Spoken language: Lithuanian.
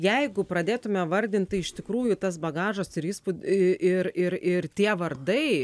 jeigu pradėtume vardint tai iš tikrųjų tas bagažas ir įspūd ė ir ir ir tie vardai